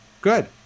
Good